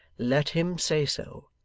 let him say so.